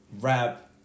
rap